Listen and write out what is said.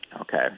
Okay